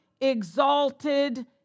exalted